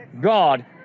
God